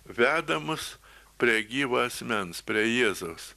veda mus prie gyvo asmens prie jėzaus